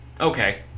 okay